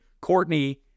Courtney